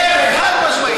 חד-משמעי.